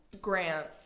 Grant